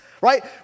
Right